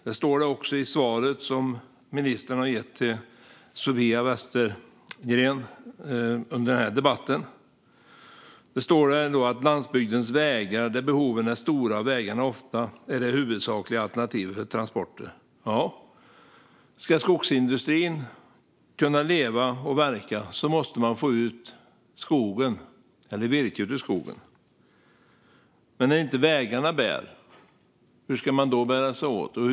Det står det också i svaret som ministern gav Sofia Westergren i den här debatten. Det står om "landsbygdens vägar där behoven är stora och vägarna ofta är det huvudsakliga alternativet för transporter". Om skogsindustrin ska kunna leva och verka måste man få ut virket ur skogen. Men hur ska man bära sig åt när vägarna inte bär?